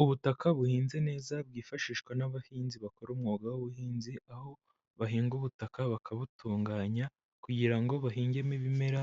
Ubutaka buhinze neza bwifashishwa n'abahinzi bakora umwuga w'ubuhinzi. Aho bahinga ubutaka bakabutunganya, kugira ngo bahingemo ibimera,